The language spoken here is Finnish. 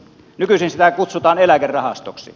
nykyisin sitä kutsutaan eläkerahastoksi